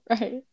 Right